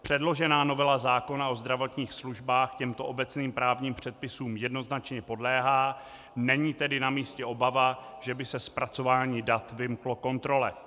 Předložená novela zákona o zdravotních službách těmto obecným právním předpisům jednoznačně podléhá, není tedy na místě obava, že by se zpracování dat vymklo kontrole.